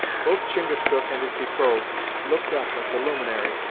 both chingachgook and his betrothed looked up at the luminary,